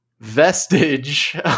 vestige